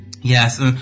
Yes